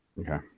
Okay